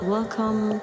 Welcome